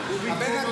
פסוקים.